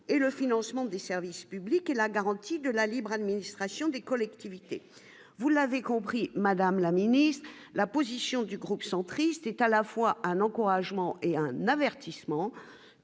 et le financement des services publics et la garantie de la libre administration des collectivités, vous l'avez compris, Madame la Ministre, la position du groupe centriste est à la fois un encouragement et un avertissement